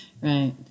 right